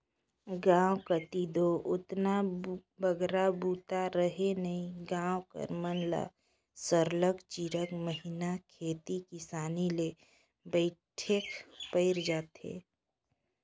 गाँव कती दो ओतना बगरा बूता रहें नई गाँव कर मन ल सरलग चारिक महिना खेती किसानी ले पइठेक पइर जाथे